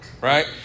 right